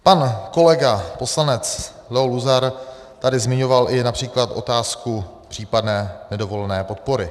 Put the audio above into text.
Pan kolega poslanec Leo Luzar tady zmiňoval i například otázku případné nedovolené podpory.